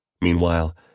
Meanwhile